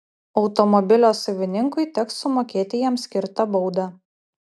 automobilio savininkui teks sumokėti jam skirtą baudą